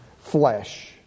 flesh